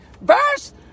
Verse